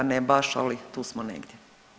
Ne baš, ali tu smo negdje.